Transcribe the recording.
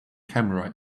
camera